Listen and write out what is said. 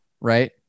right